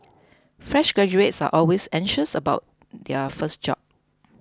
fresh graduates are always anxious about their first job